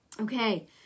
Okay